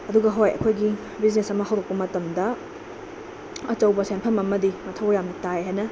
ꯑꯗꯨꯒ ꯍꯣꯏ ꯑꯩꯈꯣꯏꯒꯤ ꯕꯤꯖꯤꯅꯦꯁ ꯑꯃ ꯍꯧꯔꯛꯄ ꯃꯇꯝꯗ ꯑꯆꯧꯕ ꯁꯦꯟꯐꯝ ꯑꯃꯗꯤ ꯃꯊꯧ ꯌꯥꯝ ꯇꯥꯏ ꯍꯥꯏꯅ